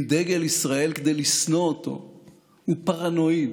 דגל ישראל כדי לשנוא אותו הוא פרנואיד.